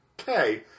okay